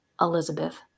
Elizabeth